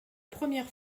première